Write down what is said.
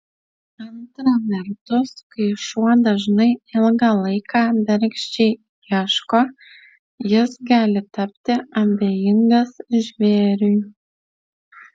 antra vertus kai šuo dažnai ilgą laiką bergždžiai ieško jis gali tapti abejingas žvėriui